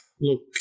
look